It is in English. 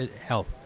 health